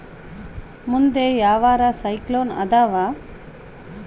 ಮುಂದೆ ಯಾವರ ಸೈಕ್ಲೋನ್ ಅದಾವ?